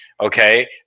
okay